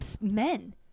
men